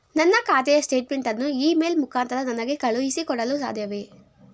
ನನ್ನ ಖಾತೆಯ ಸ್ಟೇಟ್ಮೆಂಟ್ ಅನ್ನು ಇ ಮೇಲ್ ಮುಖಾಂತರ ನನಗೆ ಕಳುಹಿಸಿ ಕೊಡಲು ಸಾಧ್ಯವೇ?